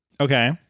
okay